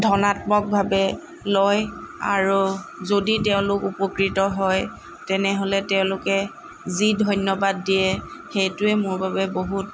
ধনাত্মক ভাৱে লয় আৰু যদি তেওঁলোক উপকৃত হয় তেনেহ'লে তেওঁলোকে যি ধন্যবাদ দিয়ে সেইটোৱে মোৰ বাবে বহুত